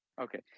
Okay